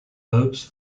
boats